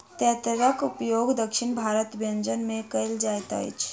तेतैरक उपयोग दक्षिण भारतक व्यंजन में कयल जाइत अछि